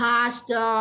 Pasta